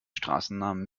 straßennamen